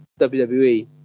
WWE